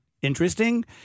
interesting